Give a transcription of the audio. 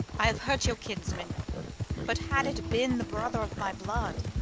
i have hurt your kinsman but, had it been the brother of my blood,